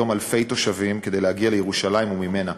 בציר משתמשים מדי יום אלפי תושבים כדי להגיע לירושלים וממנה,